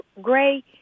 Gray